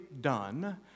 done